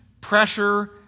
pressure